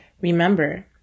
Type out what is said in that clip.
Remember